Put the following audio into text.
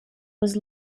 was